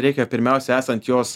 reikia pirmiausia esant jos